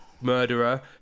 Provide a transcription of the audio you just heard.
murderer